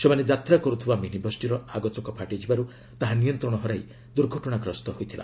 ସେମାନେ ଯାତ୍ରା କରୁଥିବା ମିନିବସ୍ଟିର ଆଗଚକ ଫାଟିଯିବାରୁ ତାହା ନିୟନ୍ତ୍ରଣ ହରାଇ ଦୁର୍ଘଟଣାଗ୍ରସ୍ତ ହୋଇଥିଲା